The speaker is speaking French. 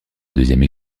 deuxième